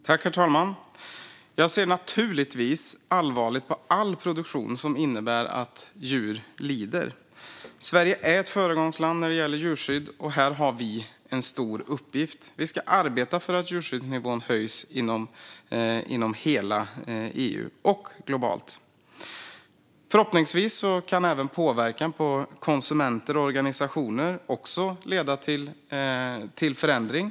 Herr talman! Jag ser naturligtvis allvarligt på all produktion som innebär att djur lider. Sverige är ett föregångsland när det gäller djurskydd. Här har vi en stor uppgift. Vi ska arbeta för att djurskyddsnivån höjs inom hela EU och globalt. Förhoppningsvis kan även påverkan på konsumenter och organisationer leda till förändring.